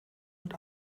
und